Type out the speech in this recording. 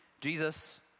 Jesus